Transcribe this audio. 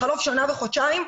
בחלוף שנה וחודשיים,